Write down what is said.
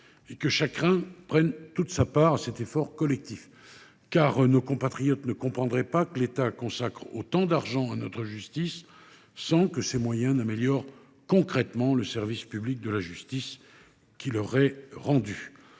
et chacun doit prendre toute sa part à cet effort collectif, car nos compatriotes ne comprendraient pas que l’État consacre autant d’argent à notre justice sans que ces moyens améliorent concrètement le service public de la justice qui leur est rendue.